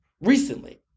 recently